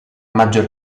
maggior